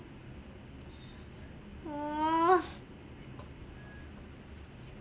!wah!